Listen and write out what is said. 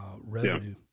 revenue